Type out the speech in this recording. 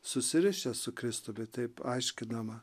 susirišę su kristumi taip aiškinama